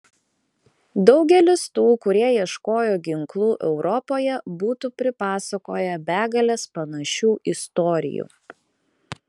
daugelis tų kurie ieškojo ginklų europoje būtų pripasakoję begales panašių istorijų